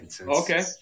Okay